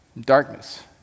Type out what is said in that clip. darkness